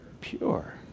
Pure